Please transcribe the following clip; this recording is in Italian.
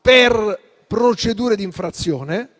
per procedura di infrazione,